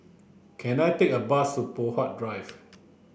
can I take a bus to Poh Huat Drive